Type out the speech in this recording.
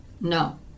no